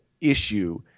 issue